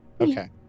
Okay